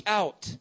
out